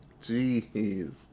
Jeez